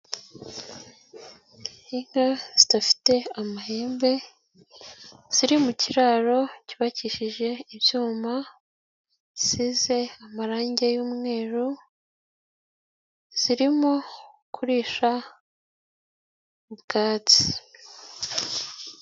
Inka zidafite amahembe ziri mu kiraro cyubakishije ibyuma bisize amarangi y'umweru, zirimo kurisha ubwatsi.